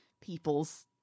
people's